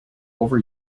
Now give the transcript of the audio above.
over